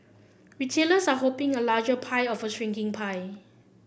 retailers are hoping a larger pie of a shrinking pie